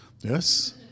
Yes